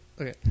okay